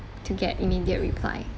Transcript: to get immediate reply